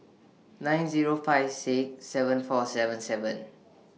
nine Zero five six seven four seven seven